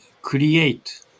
create